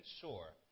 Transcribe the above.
sure